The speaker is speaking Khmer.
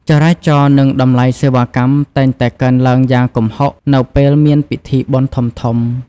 ចរាចរណ៍នឹងតម្លៃសេវាកម្មតែងតែកើនឡើងយ៉ាងគំហុកនៅពេលមានពិធីបុណ្យធំៗ។